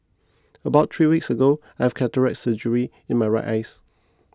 about three weeks ago I've cataract surgery in my right eyes